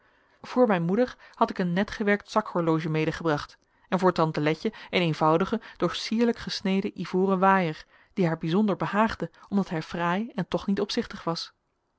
mijn moeder had ik een netgewerkt zakhorloge medegebracht en voor tante letje een eenvoudigen doch sierlijk gesneden ivoren waaier die haar bijzonder behaagde omdat hij fraai en toch niet opzichtig was